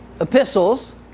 epistles